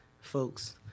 folks